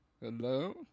hello